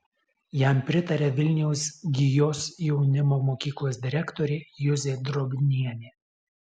jam pritaria vilniaus gijos jaunimo mokyklos direktorė juzė drobnienė